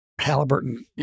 Halliburton